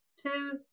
two